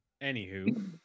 Anywho